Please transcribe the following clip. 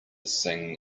sing